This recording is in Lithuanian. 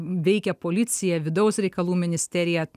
veikia policija vidaus reikalų ministerija